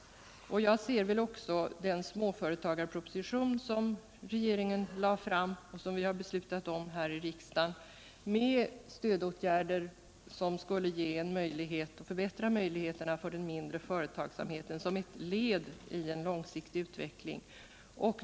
Jag ser också den småföretagarproposition som regeringen lade fram och som vi har beslutat om här i riksdagen, med stödåtgärder som skulle ge förbättrade möjligheter för den mindre företagsamheten, som ett led i en långsiktig utveckling.